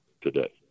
today